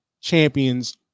champions